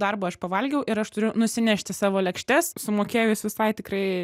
darbą aš pavalgiau ir aš turiu nusinešti savo lėkštes sumokėjus visai tikrai